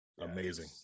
Amazing